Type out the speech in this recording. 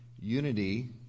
Unity